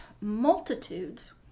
multitudes